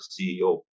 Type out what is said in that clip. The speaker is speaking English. CEO